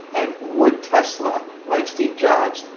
and would tesla, like steve jobs,